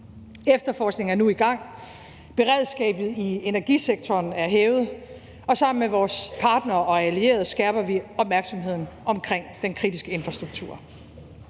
efterforskningen er nu i gang. Beredskabet i energisektoren er hævet, og sammen med vores partnere og allierede skærper vi opmærksomheden på den kritiske infrastruktur.